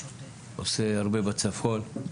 עושה הרבה צפון,